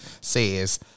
Says